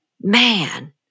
man